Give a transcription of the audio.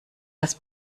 das